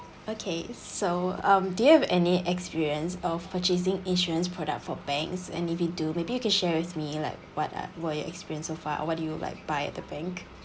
okay so um do you have any experience of purchasing insurance product from banks and if you do maybe you can share with me like what are what your experience so and what do you like buy at the bank